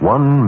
One